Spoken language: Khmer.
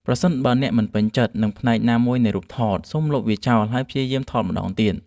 ប្រសិនបើអ្នកមិនពេញចិត្ត នឹងផ្នែកណាមួយនៃរូបថត សូមលុបវាចោលហើយព្យាយាមថតម្តងទៀត។